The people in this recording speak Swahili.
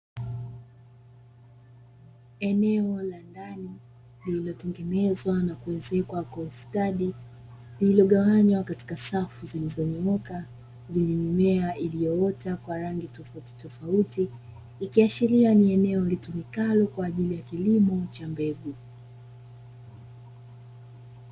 Eneo la ndani lililotengezwa na kuezekwa kwa ustadi lililogawanywa katika safu zilizonyoka zenye mimea iliyoota kwa rangi tofautitofauti, ikiashiria ni eneo litumikalo kwa ajili ya kilimo cha mbegu.